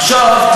עכשיו,